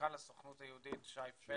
סמנכ"ל הסוכנות היהודית שי פלבר.